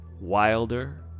wilder